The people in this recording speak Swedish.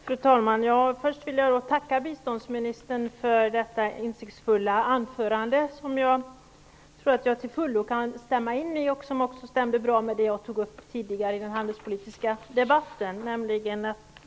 Fru talman! Först vill jag tacka biståndsministern för hans insiktsfulla anförande, som jag till fullo kan instämma i och som också stämmer bra det som jag tidigare tog upp i den handelspolitiska debatten.